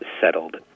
settled